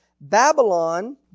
Babylon